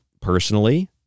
personally